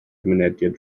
mynediad